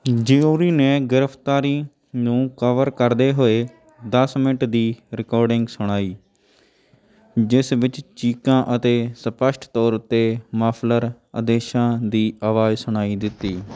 jury ਨੇ ਗ੍ਰਿਫਤਾਰੀ ਨੂੰ ਕਵਰ ਕਰਦੇ ਹੋਏ ਦਸ ਮਿੰਟ ਦੀ ਰਿਕੋਡਿੰਗ ਸੁਣਾਈ ਜਿਸ ਵਿੱਚ ਚੀਕਾਂ ਅਤੇ ਸਪੱਸ਼ਟ ਤੌਰ ਉੱਤੇ ਮਫਲਰ ਆਦੇਸ਼ਾਂ ਦੀ ਆਵਾਜ਼ ਸੁਣਾਈ ਦਿੱਤੀ